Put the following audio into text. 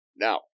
Now